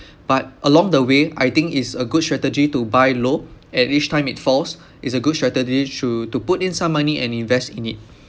but along the way I think it's a good strategy to buy low at each time it falls it's a good strategy to to put in some money and invest in it